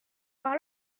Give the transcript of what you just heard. par